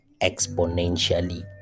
exponentially